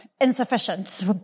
insufficient